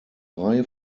reihe